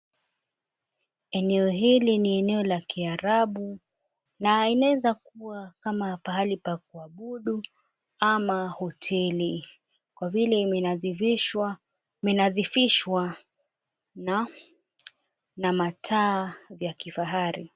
Eneo hili ni eneo la kiarabu na inaeza kuwa kama pahali pa kuabudu ama hoteli kwa vile imenadhifishwa imenadhifishwa na mataa ya kifahari.